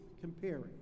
comparing